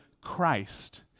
Christ